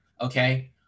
Okay